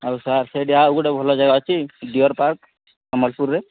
ଆଉ ସାର୍ ସେଠି ଆଉ ଗୋଟେ ଭଲ ଜାଗା ଅଛି ଡିୟର୍ ପାର୍କ ସମ୍ୱଲପୁରରେ